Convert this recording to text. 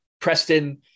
Preston